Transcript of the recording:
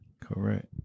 Correct